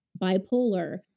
bipolar